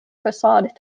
facade